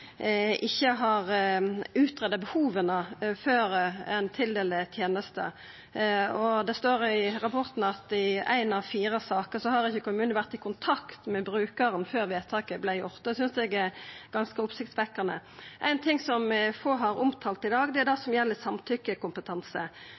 ikkje har undersøkt behova før tildeling av tenester. Det står i rapporten at i éi av fire saker har ikkje kommunen vore i kontakt med brukaren før vedtaket vart gjort. Det synest eg er ganske oppsiktsvekkjande. Ein ting som få har omtalt i dag, er det